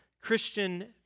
Christian